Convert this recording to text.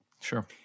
Sure